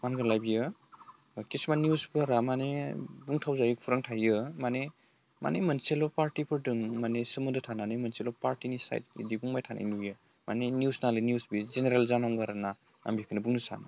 मा होनोमोनलाय बियो बा किसुमान निउसफोरा माने बुंथाव जायि खौरां थायो माने माने मोनसेल' पार्टिफोरदों माने सोमोन्दो थानानै मोनसे पार्टिनि साइड बिदि बुंबाय थानाय नुयो माने निउस नालाय निउस बे जेनेरेल जानांगो आरो ना आं बेखोनो बुंनो सानो